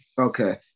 Okay